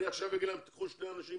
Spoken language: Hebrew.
אני עכשיו אומר להם שייקחו שניט אנשים?